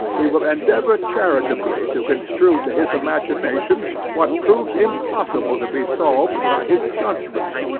he will endeavor charitably to construe to his imagination what proves impossible to be solved by his judgment.